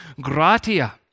gratia